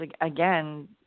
again